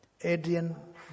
Adrian